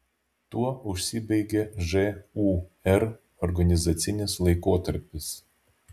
tuo užsibaigė žūr organizacinis laikotarpis